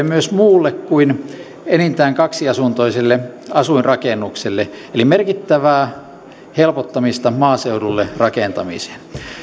myös muille kuin enintään kaksiasuntoisille asuinrakennuksille eli merkittävää helpottamista maaseudulle rakentamiseen